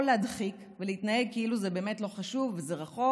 או להדחיק ולהתנהג כאילו זה באמת לא חשוב וזה רחוק,